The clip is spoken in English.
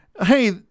Hey